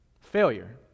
Failure